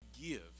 give